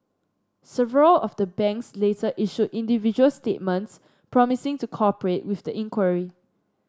several of the banks later issued individual statements promising to cooperate with the inquiry